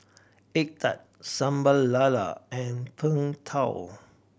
egg tart Sambal Lala and Png Tao